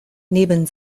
neben